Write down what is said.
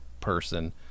person